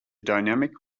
dynamic